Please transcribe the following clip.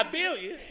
billion